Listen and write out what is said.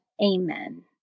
Amen